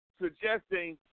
suggesting